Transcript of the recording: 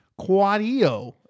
Quadio